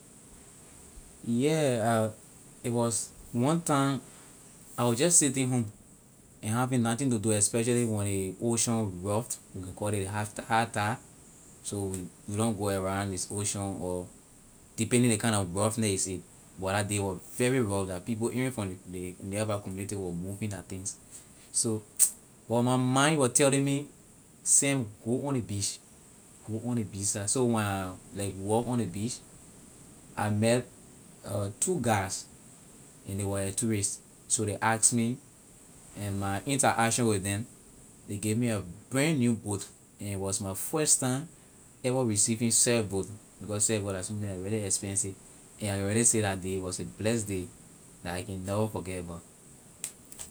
Yeah uh it was one time I was just sitting home and having nothing to do especially when the ocean rough we can call it high tide so we don't go around the ocean or depending ley kind of roughness is it but that day it was very rough that people even from the near by community was moving their things so but my mind was telling me sam go on the beach go on the beach side so when I like walk on the beach I met uh two guys and they were tourist so they ask me and my interaction with them they give me a brand new boat and it was my first time ever receiving surf boat because surf boat la something la really expensive and I can really say that day was a blessed day that I can never forget about.